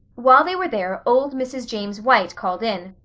while they were there old mrs. james white called in.